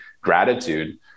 gratitude